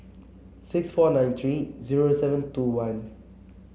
six four nine three zero seven two one